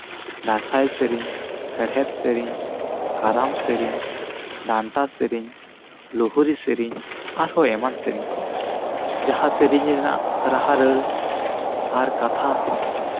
ᱫᱟᱸᱥᱟᱭ ᱥᱮᱨᱮᱧ ᱦᱮᱲᱦᱮᱫ ᱥᱮᱨᱮᱧ ᱠᱟᱨᱟᱢ ᱥᱮᱨᱮᱧ ᱰᱟᱱᱴᱟ ᱥᱮᱨᱮᱧ ᱞᱩᱦᱨᱤ ᱥᱮᱨᱮᱧ ᱟᱨᱦᱚᱸ ᱮᱢᱟᱱ ᱥᱮᱨᱮᱧ ᱠᱚ ᱡᱟᱦᱟᱸ ᱥᱮᱨᱮᱧ ᱨᱮᱱᱟᱜ ᱨᱟᱦᱟ ᱨᱟᱹᱲ ᱟᱨ ᱠᱟᱛᱷᱟ